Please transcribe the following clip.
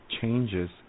changes